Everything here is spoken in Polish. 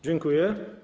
Dziękuję.